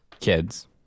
kids